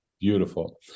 Beautiful